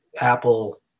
Apple